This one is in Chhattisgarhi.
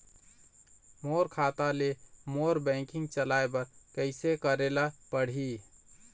मोर खाता ले मोर बैंकिंग चलाए बर कइसे करेला पढ़ही?